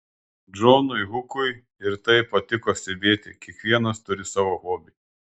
džonui hukui ir tai patiko stebėti kiekvienas turi savo hobį